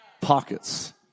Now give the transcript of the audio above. pockets